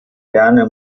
gerne